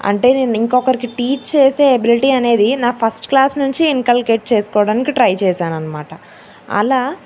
అంటే నేను ఇంకొకరికి టీచ్ చేసే ఎబిలిటీ అనేది నా ఫస్ట్ క్లాస్ నుంచి ఇన్కల్కేట్ చేసుకోవడానికి ట్రై చేసాను అన్నమాట అలా